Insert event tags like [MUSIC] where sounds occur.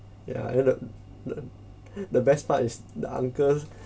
ya and then the the [BREATH] the best part is the uncle